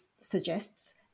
suggests